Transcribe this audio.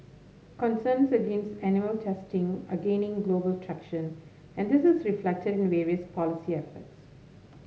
concerns against animal testing are gaining global traction and this is reflected in various policy efforts